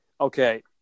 okay